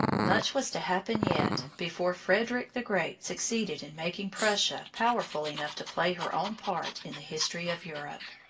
much was to happen yet before frederick the great succeeded in making prussia powerful enough to play her own part in the history of europe.